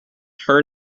her